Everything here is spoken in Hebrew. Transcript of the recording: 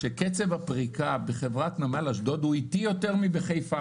שקצב הפריקה בחברת נמל אשדוד הוא איטי יותר מבחיפה,